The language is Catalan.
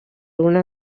una